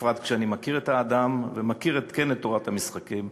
בפרט כשאני מכיר את האדם וכן מכיר את תורת המשחקים,